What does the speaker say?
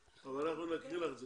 אבל אנחנו נקרין לך את זה.